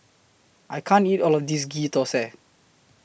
I can't eat All of This Ghee Thosai